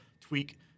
tweak